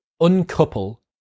uncouple